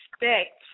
respect